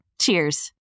Cheers